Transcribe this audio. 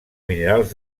minerals